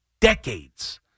decades